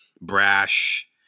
brash